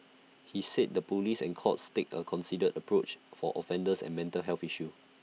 he said the Police and courts take A considered approach for offenders and mental health issues